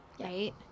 right